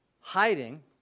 hiding